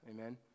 Amen